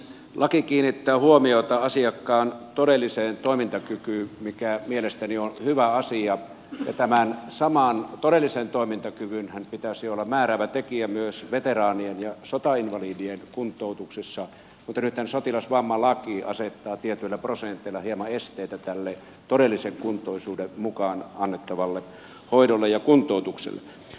laki kiinnittää huomiota asiakkaan todelliseen toimintakykyyn mikä mielestäni on hyvä asia ja tämän saman todellisen toimintakyvynhän pitäisi olla määräävä tekijä myös veteraanien ja sotainvalidien kuntoutuksessa mutta nythän sotilasvammalaki asettaa tietyillä prosenteilla hieman esteitä tälle todellisen kuntoisuuden mukaan annettavalle hoidolle ja kuntoutukselle